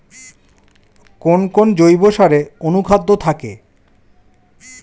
কোন কোন জৈব সারে অনুখাদ্য থাকে?